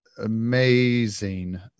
amazing